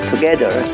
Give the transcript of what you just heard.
together